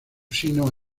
sino